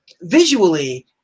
visually